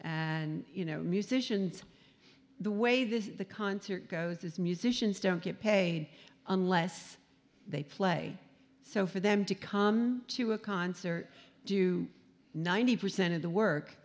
and you know musicians the way this the concert goes is musicians don't get paid unless they play so for them to come to a concert do ninety percent of the